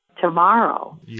tomorrow